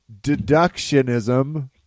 deductionism